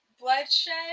bloodshed